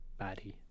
Baddie